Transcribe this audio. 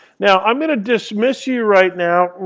now, i'm going to dismiss you right now.